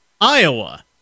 Iowa